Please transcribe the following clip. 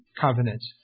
covenant